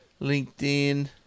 LinkedIn